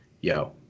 yo